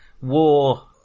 war